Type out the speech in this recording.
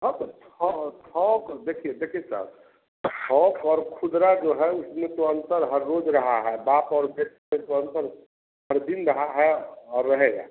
हाँ तो थौक थौक देखिए देखिए सर हाँ सर खुदरा जो है उसमें तो अंतर हर रोज़ रहा है बाप और बेटे को अंतर हर दिन रहा है और रहेगा